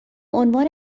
عنوان